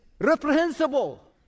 reprehensible